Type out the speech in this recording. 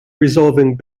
resolving